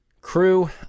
Crew